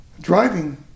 driving